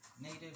native